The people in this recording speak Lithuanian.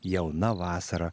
jauna vasara